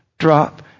drop